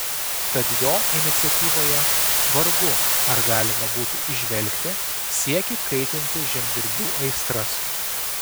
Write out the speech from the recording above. tad jo iniciatyvoje vargu ar galima būtų įžvelgti siekį kaitinti žemdirbių aistras